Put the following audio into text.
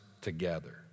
together